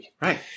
Right